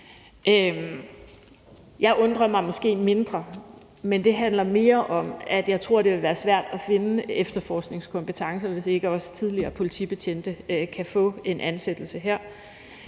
Jeg undrer mig måske mindre, men det handler mere om, at jeg tror, det ville være svært at finde efterforskningskompetencer, hvis ikke også tidligere politibetjente kunne få en ansættelse her.